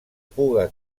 puga